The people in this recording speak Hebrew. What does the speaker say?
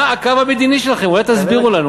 מה הקו המדיני שלכם, אולי תסבירו לנו?